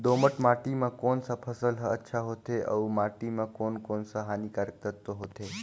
दोमट माटी मां कोन सा फसल ह अच्छा होथे अउर माटी म कोन कोन स हानिकारक तत्व होथे?